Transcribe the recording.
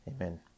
Amen